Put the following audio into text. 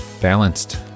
balanced